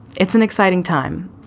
it's an exciting time,